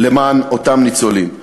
למען אותם ניצולים.